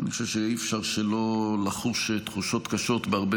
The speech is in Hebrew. אני חושב שאי-אפשר שלא לחוש תחושות קשות בהרבה